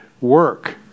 work